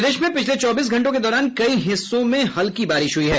प्रदेश में पिछले चौबीस घंटों के दौरान कई हिस्सों में हल्की बारिश हई है